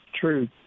True